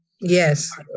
Yes